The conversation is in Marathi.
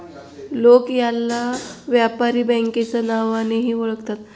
लोक याला व्यापारी बँकेच्या नावानेही ओळखतात